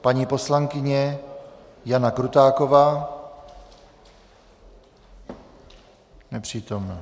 Paní poslankyně Jana Krutáková: Nepřítomna.